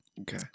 Okay